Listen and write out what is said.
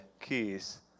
keys